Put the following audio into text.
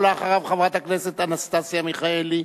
ואחריו, חברת הכנסת אנסטסיה מיכאלי.